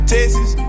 Texas